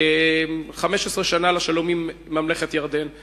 15 שנה לשלום עם ממלכת ירדן.